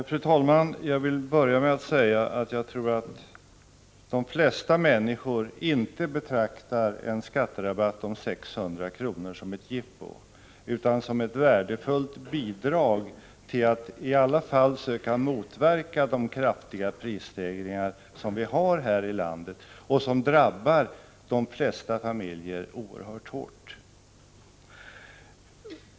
Fru talman! Jag vill börja med att säga att jag tror att de flesta människor inte betraktar en skatterabatt om 600 kr. som ett jippo utan som ett värdefullt bidrag till att i alla fall söka motverka de kraftiga prisstegringar som vi har här i landet och som drabbar de flesta familjer oerhört hårt.